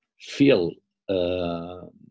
feel